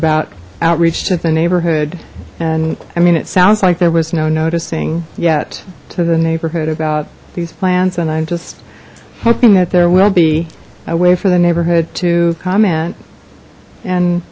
about outreach to the neighborhood and i mean it sounds like there was no noticing yet to the neighborhood about these plans and i'm just hoping that there will be a way for the neighborhood to comment and